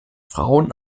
frauen